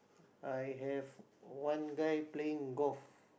I have one guy playing golf